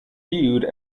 viewed